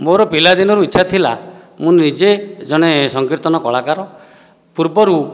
ମୋର ପିଲାଦିନରୁ ଇଚ୍ଛା ଥିଲା ମୁଁ ନିଜେ ଜଣେ ସଂକୀର୍ତ୍ତନ କଳାକାର ପୂର୍ବରୁ